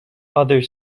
other